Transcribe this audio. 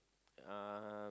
um